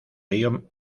río